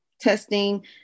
testing